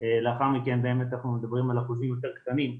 לאחר מכן באמת אנחנו מדברים על אחוזים יותר קטנים,